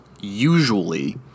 usually